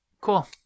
Cool